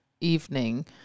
evening